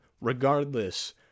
regardless